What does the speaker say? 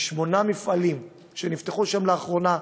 יש שמונה מפעלים שנפתחו שם לאחרונה.